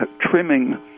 trimming